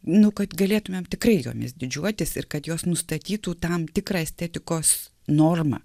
nu kad galėtumėm tikrai jomis didžiuotis ir kad jos nustatytų tam tikrą estetikos normą